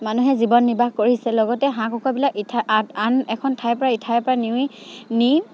মানুহে জীৱন নিৰ্বাহ কৰিছে লগতে হাঁহ কুকুৰাবিলাক ইঠাই আঠ আন এখন ঠাইৰ পৰা ইঠাইৰ পৰা নিউই নি